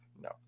No